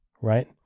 right